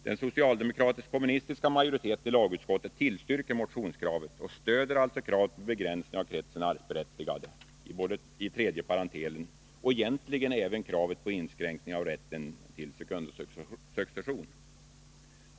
Den socialdemokratisk-kommunistiska majoriteten i lagutskottet tillstyrker motionskravet och stöder alltså kravet på begränsning av kretsen arvsberättigade i tredje parentelen och egentligen även kravet på inskränkning av rätten till sekundosuccession.